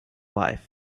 life